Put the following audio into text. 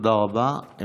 תודה רבה.